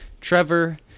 trevor